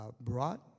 brought